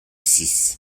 six